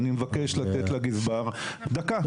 אני מבקש לתת לגזבר דקה.